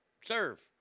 serve